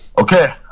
Okay